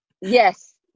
yes